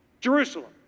Jerusalem